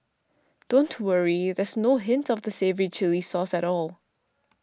don't worry there's no hint of the savoury chilli sauce at all